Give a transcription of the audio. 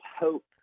hope